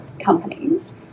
companies